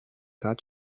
got